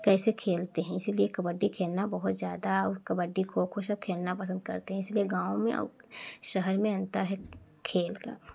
कैसे खेलते हैं इसलिए कबड्डी खेलना बहुत ज़्यादा और कब्बडी खो खो सब खेलना पसंद करते हैं इसलिए गाँव में औ शहर में अंतर है खेल का